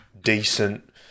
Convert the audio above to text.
decent